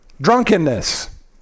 Drunkenness